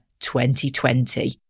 2020